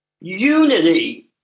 Unity